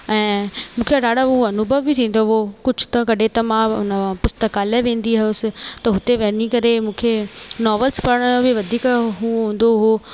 ऐं मूंखे ॾाढा उहो अनुभव बि थींदो हुओ कुझ त कॾहिं त मां उन पुस्तकाल्य वेंदी हुअसि त हुते वञी करे मूंखे नॉवल्स पढ़ण जो बि वधीक उहो हूंदो हुओ